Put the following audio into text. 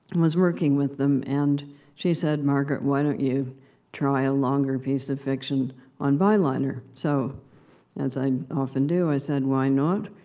was working with them. and she said, margaret, why don't you try a longer piece of fiction on byliner? so as i often do, i said, why not?